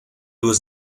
was